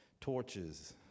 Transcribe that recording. torches